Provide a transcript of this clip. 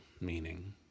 meaning